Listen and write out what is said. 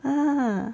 !huh!